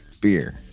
beer